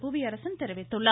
புவியரசன் தெரிவித்துள்ளார்